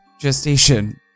gestation